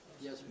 Yes